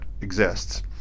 exists